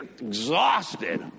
exhausted